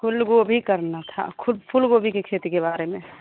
फूल गोभी करना था ख़ुद फूल गोभी की खेती के बारे में